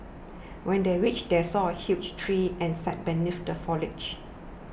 when they reached they saw a huge tree and sat beneath the foliage